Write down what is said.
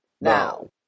now